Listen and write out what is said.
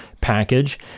Package